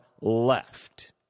left